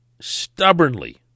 stubbornly